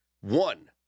One